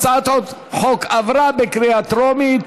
הצעת החוק עברה בקריאה טרומית,